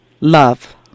Love